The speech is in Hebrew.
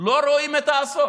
בראשה לא רואים את האסון?